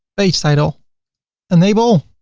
page title enable,